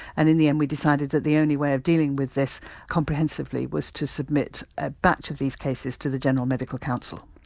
and in the end, we decided that the only way of dealing with this comprehensively was to submit a batch of these cases to the general medical council.